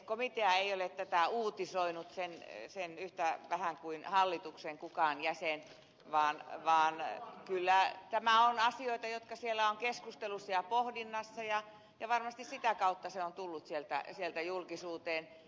komitea ei ole tästä uutisoinut sen enempää kuin kukaan hallituksen jäsenistä vaan kyllä tämä on niitä asioita jotka ovat siellä keskustelussa ja pohdinnassa ja varmasti sitä kautta se on tullut sieltä julkisuuteen